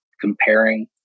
comparing